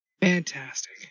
Fantastic